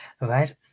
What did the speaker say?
right